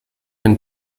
den